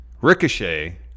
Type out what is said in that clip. Ricochet